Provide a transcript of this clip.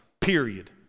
period